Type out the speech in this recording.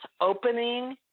opening